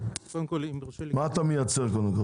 מה אתה מייצר?